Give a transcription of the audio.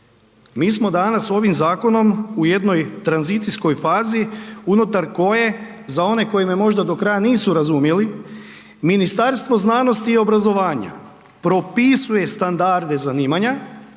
Mi smo danas ovim zakonom u jednoj tranzicijskoj fazi unutar koje, za one koji me možda do kraja nisu razumjeli, Ministarstvo znanosti i obrazovanja propisuje standarde zanimanja,